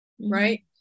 right